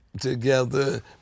together